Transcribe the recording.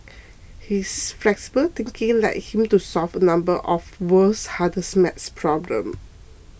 his flexible thinking led him to solve a number of world's hardest math problems